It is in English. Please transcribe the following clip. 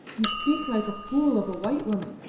you speak like a fool of a white woman,